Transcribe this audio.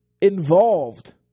involved